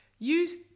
Use